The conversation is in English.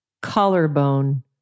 collarbone